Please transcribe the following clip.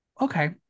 Okay